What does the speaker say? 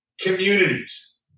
communities